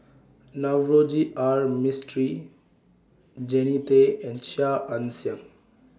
Navroji R Mistri Jannie Tay and Chia Ann Siang